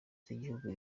z’igihugu